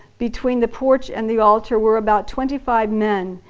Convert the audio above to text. between the porch and the altar, were about twenty-five men,